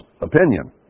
opinion